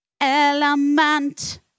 element